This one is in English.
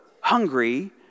hungry